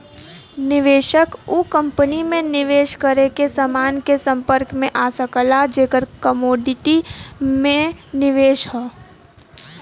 निवेशक उ कंपनी में निवेश करके समान के संपर्क में आ सकला जेकर कमोडिटी में निवेश हौ